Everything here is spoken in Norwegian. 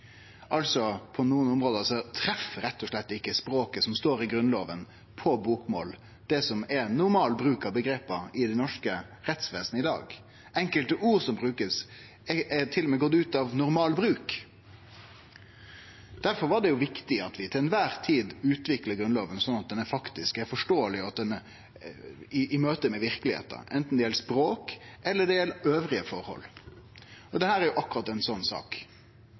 På nokre område treff rett og slett ikkje språket som står i Grunnlova, altså bokmålet, det som er normal bruk av omgrepa i det norske rettsvesenet i dag. Enkelte av orda som blir brukt, har til og med gått ut av normal bruk. Difor er det viktig at vi til kvar tid utviklar Grunnlova, slik at ho faktisk er forståeleg i møte med verkelegheita, anten det gjeld språk eller andre forhold. Dette er akkurat ei slik sak, der vi skal prøve å finne formuleringar for korleis ein